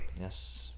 Yes